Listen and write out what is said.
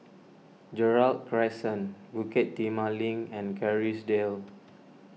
Gerald Crescent Bukit Timah Link and Kerrisdale